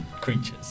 creatures